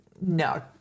no